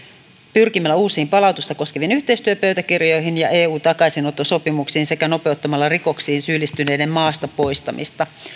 pyrkimällä uusiin palautusta koskeviin yhteistyöpöytäkirjoihin ja eun takaisinottosopimuksiin sekä nopeuttamalla rikoksiin syyllistyneiden maasta poistamista